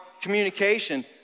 communication